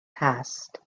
passed